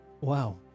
Wow